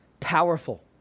powerful